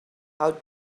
how